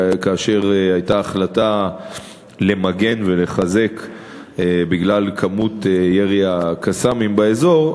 כאשר הייתה החלטה למגן ולחזק בגלל כמות ירי ה"קסאמים" באזור,